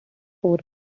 four